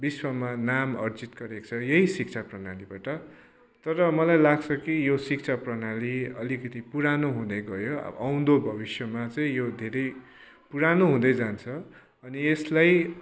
विश्वमा नाम अर्जित गरेको छ यही शिक्षा प्रणालीबाट तर मलाई लाग्छ कि यो शिक्षा प्रणाली अलिकति पुरानो हुँदै गयो अब आउँदो भविष्यमा चाहिँ यो धेरै पुरानो हुँदै जान्छ अनि यसलाई